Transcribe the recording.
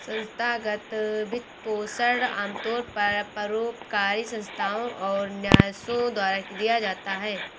संस्थागत वित्तपोषण आमतौर पर परोपकारी संस्थाओ और न्यासों द्वारा दिया जाता है